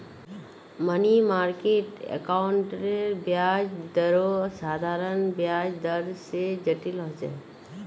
money market अकाउंटेर ब्याज दरो साधारण ब्याज दर से जटिल होचे